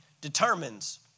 determines